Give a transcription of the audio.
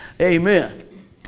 Amen